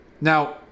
Now